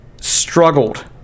struggled